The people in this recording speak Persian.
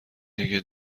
دیگه